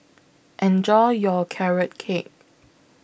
Enjoy your Carrot Cake